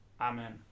Amen